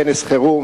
כנס חירום,